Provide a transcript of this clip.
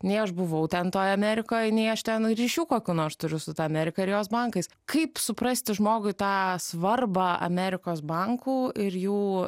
nei aš buvau ten toj amerikoj nei aš ten ryšių kokių nors turiu su ta amerika ir jos bankais kaip suprasti žmogui tą svarbą amerikos bankų ir jų